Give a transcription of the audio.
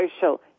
social